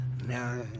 Now